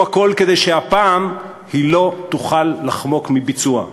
הכול כדי שהפעם היא לא תוכל לחמוק מביצוע,